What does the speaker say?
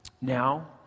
Now